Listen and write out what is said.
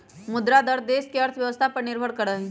मुद्रा दर देश के अर्थव्यवस्था पर निर्भर करा हई